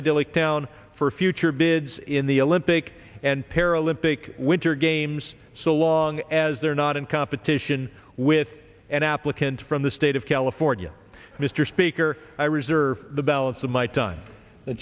idyllic town for future bids in the olympic and paralympic winter games so long as they're not in competition with an applicant from the state of california mr speaker i reserve the balance of my time